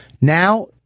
Now